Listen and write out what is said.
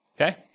okay